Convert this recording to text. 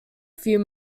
few